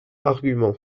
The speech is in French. argument